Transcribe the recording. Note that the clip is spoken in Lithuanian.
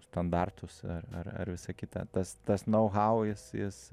standartus ar ar ar visa kita tas tas know how jis jis